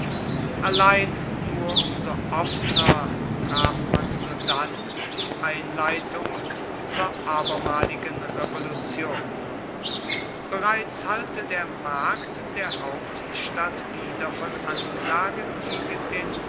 allein nur um so offener traf man sodann die einleitung zur abermaligen revolution bereits hallte der markt der hauptstadt wider von anklagen gegen den